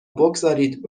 بگذارید